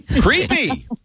creepy